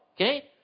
okay